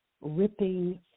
ripping